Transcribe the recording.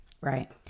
Right